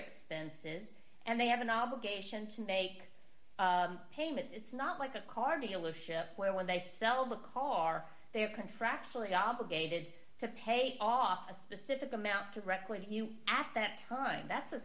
expenses and they have an obligation to make payment it's not like a car dealership where when they sell the car they're contractually obligated to pay off a specific amount to directly to you at that time that's